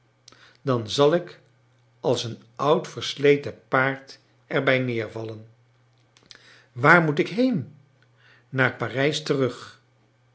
dan zal ik als een oud versleten paard er bij neervallen waar moet ik heen naar parijs terug